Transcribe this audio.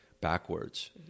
backwards